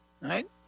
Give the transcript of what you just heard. right